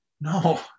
No